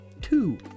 two